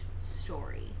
story